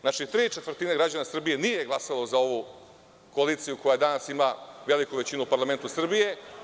Znači, tri četvrtine građana Srbije nije glasalo za ovu koaliciju koja danas ima veliku većinu u parlamentu Srbije.